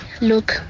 Look